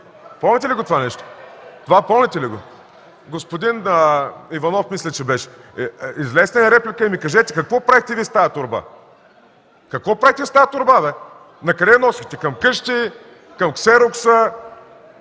Помните ли го това нещо? Това помните ли го? Господин Иванов мисля че беше. Излезте за реплика и ми кажете: какво правехте Вие с тази торба? Какво правехте с тази торба, бе? Накъде я носехте – към къщи, към ксерокса,